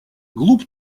глуп